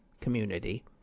community